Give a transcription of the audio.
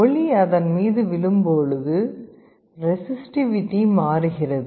ஒளி அதன் மீது விழும்போது ரெசிஸ்டிவிட்டி மாறுகிறது